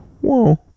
whoa